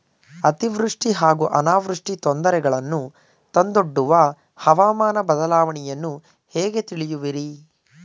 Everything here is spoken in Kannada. ಅತಿವೃಷ್ಟಿ ಹಾಗೂ ಅನಾವೃಷ್ಟಿ ತೊಂದರೆಗಳನ್ನು ತಂದೊಡ್ಡುವ ಹವಾಮಾನ ಬದಲಾವಣೆಯನ್ನು ಹೇಗೆ ತಿಳಿಯುವಿರಿ?